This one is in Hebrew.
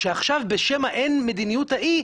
שעכשיו בשם ה"אין מדיניות" ההיא,